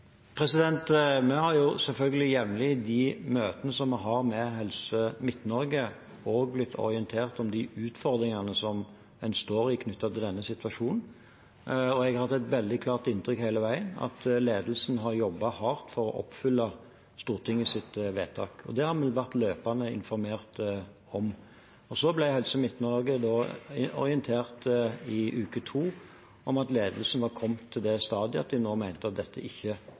Vi har selvfølgelig jevnlig, i de møtene vi har med Helse Midt-Norge, også blitt orientert om de utfordringene en står i knyttet til denne situasjonen. Jeg har hele veien hatt et veldig klart inntrykk av at ledelsen har jobbet hardt for å oppfylle Stortingets vedtak. Det har vi vært løpende informert om. Så ble Helse Midt-Norge i uke 2 orientert om at ledelsen var kommet til det stadiet at de nå mente at dette ikke